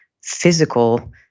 physical